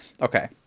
okay